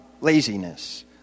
Laziness